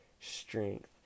strength